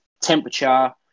temperature